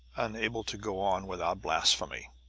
unable to go on without blasphemy.